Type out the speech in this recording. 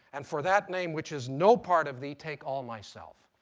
and for that name which is no part of thee take all myself.